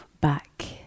back